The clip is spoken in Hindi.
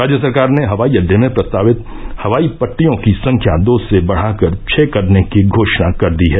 राज्य सरकार ने हवाई अड्रे में प्रस्तावित हवाई पट्टियों की संख्या दो से बढाकर छह करने की घोषणा कर दी है